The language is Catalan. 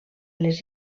les